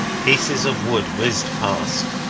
pieces of wood whizzed past.